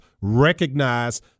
recognize